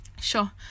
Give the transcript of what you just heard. sure